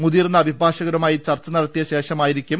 മുതിർന്ന അഭിഭാഷകരുമായി ചർച്ച നടത്തിയ ശേഷമായിരിക്കും